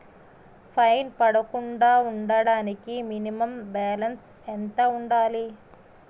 Fine పడకుండా ఉండటానికి minimum balance ఎంత ఉండాలి?